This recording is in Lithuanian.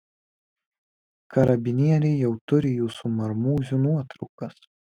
karabinieriai jau turi jūsų marmūzių nuotraukas